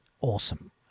awesome